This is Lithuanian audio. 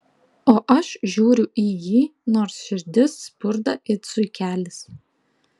o aš žiūriu į jį nors širdis spurda it zuikelis